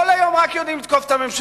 כל היום יודעים רק לתקוף את הממשלה.